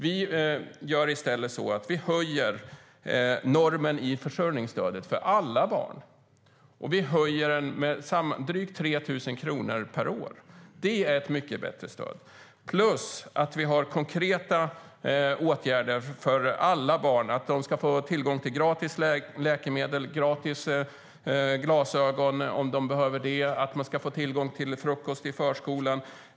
Vi vill i stället höja normen i försörjningsstödet för alla barn. Vi vill höja den med drygt 3 000 kronor per år. Det är ett mycket bättre stöd. Vi har förslag till konkreta åtgärder för alla barn. De ska få tillgång till gratis läkemedel och gratis glasögon om de behöver det. De ska få tillgång till frukost i förskolan.